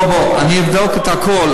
אמרתי, בוא בוא, אני אבדוק את הכול.